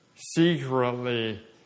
Secretly